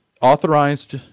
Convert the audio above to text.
authorized